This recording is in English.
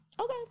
okay